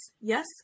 yes